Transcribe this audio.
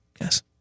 Yes